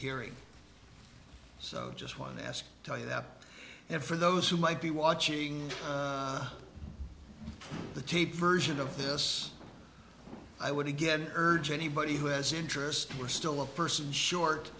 hearing so just one ask tell you that and for those who might be watching the tape version of this i would again urge anybody who has interest we're still a person short